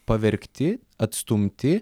pavergti atstumti